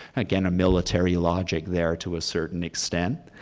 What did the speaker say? again, a military logic there to a certain extent.